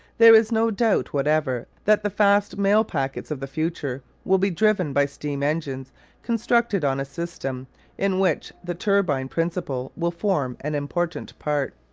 there is no doubt whatever that the fast mail packets of the future will be driven by steam-engines constructed on a system in which the turbine principle will form an important part.